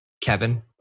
Kevin